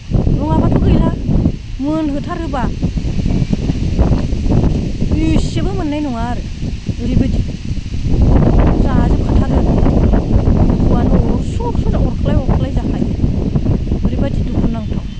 नङाब्लाथ' गैला मोनहोथारोब्ला एसेबो मोननाय नङा आरो ओरैबायदि जाजुफबलांथारो बिदानखोनो अरस' अरस' होख्लाय जाखायो ओरैबायदि दुखुनांथाव